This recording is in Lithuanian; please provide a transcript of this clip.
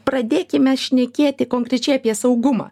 pradėkime šnekėti konkrečiai apie saugumą